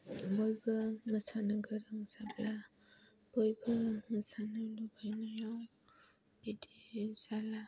बयबो मोसानो गोरों जाग्रा बयबो मोसानो लुबैनायाव बिदि जाया